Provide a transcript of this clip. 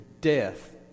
death